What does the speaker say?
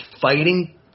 fighting